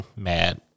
mad